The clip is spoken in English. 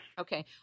Okay